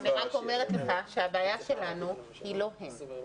הבעיה שלנו היא אחרת,